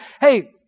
Hey